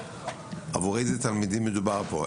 עבור איזה תלמידים מדובר פה,